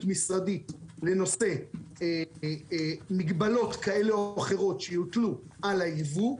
משרדית לנושא מגבלות כאלה או אחרות שיוטלו על העניין של הייבוא,